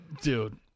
Dude